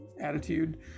attitude